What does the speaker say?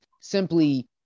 simply